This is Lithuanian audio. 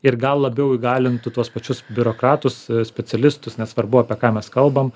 ir gal labiau įgalintų tuos pačius biurokratus specialistus nesvarbu apie ką mes kalbam